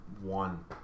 one